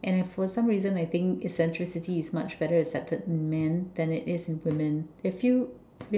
and I for some reason I think eccentricity is more accepted in men than in women they feel